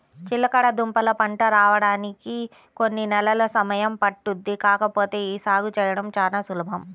చిలకడదుంపల పంట రాడానికి కొన్ని నెలలు సమయం పట్టుద్ది కాకపోతే యీ సాగు చేయడం చానా సులభం